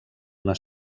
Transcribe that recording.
una